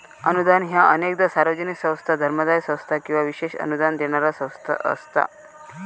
अनुदान ह्या अनेकदा सार्वजनिक संस्था, धर्मादाय संस्था किंवा विशेष अनुदान देणारा संस्था असता